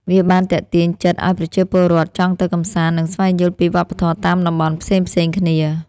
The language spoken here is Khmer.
វាបានទាក់ទាញចិត្តឱ្យប្រជាពលរដ្ឋចង់ទៅកម្សាន្ត និងស្វែងយល់ពីវប្បធម៌តាមតំបន់ផ្សេងៗគ្នា។